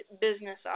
business